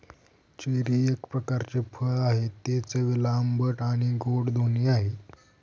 cherry एक प्रकारचे फळ आहे, ते चवीला आंबट आणि गोड दोन्ही आहे